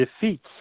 defeats